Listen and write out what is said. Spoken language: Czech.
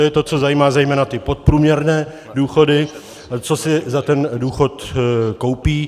To je to, co zajímá zejména ty podprůměrné důchody, co si za ten důchod koupí.